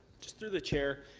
just through the chair,